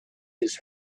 his